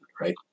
right